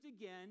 again